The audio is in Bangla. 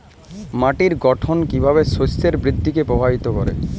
মাটির গঠন কীভাবে শস্যের বৃদ্ধিকে প্রভাবিত করে?